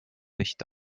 nicht